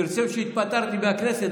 פרסם שהתפטרתי מהכנסת.